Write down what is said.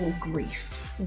grief